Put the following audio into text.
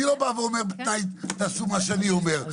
אני לא בא ואומר תעשו מה שאני אומר -- אז